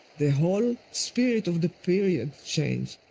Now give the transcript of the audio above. the whole spirit of the period changed.